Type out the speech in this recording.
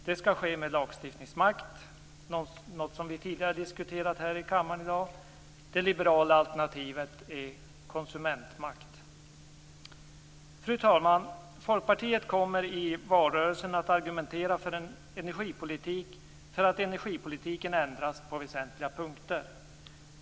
Detta skall ske med lagstiftningsmakt, något som vi tidigare i dag diskuterat här i kammaren. Det liberala alternativet är konsumentmakt. Fru talman! Folkpartiet kommer i valrörelsen att argumentera för att energipolitiken ändras på väsentliga punkter.